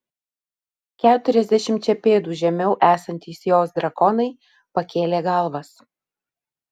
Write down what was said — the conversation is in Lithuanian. keturiasdešimčia pėdų žemiau esantys jos drakonai pakėlė galvas